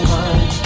one